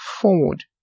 forward